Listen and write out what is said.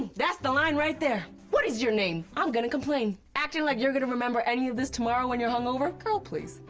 that's the line right there. what is your name, i'm gonna complain. acting like you're gonna remember any of this tomorrow when you're hung over. girl please.